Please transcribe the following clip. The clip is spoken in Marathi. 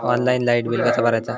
ऑनलाइन लाईट बिल कसा भरायचा?